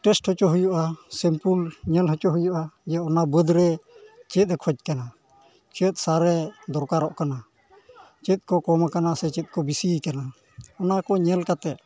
test ᱦᱚᱪᱚ ᱦᱩᱭᱩᱜᱼᱟ simple ᱧᱮᱞ ᱦᱚᱪᱚᱭ ᱦᱩᱭᱩᱜᱼᱟ ᱡᱮ ᱚᱱᱟ ᱵᱟᱹᱫᱽ ᱨᱮ ᱪᱮᱫ ᱮ ᱠᱷᱚᱡᱽ ᱠᱟᱱᱟ ᱪᱮᱫ ᱥᱟᱨᱮ ᱫᱚᱨᱠᱟᱨᱚᱜ ᱠᱟᱱᱟ ᱪᱮᱫ ᱠᱚ ᱠᱚᱢ ᱠᱟᱱᱟ ᱥᱮ ᱪᱮᱫ ᱠᱚ ᱵᱮᱥᱤ ᱟᱠᱟᱱᱟ ᱚᱱᱟᱠᱚ ᱧᱮᱞ ᱠᱟᱛᱮᱫ